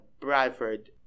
Bradford